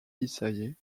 ysaÿe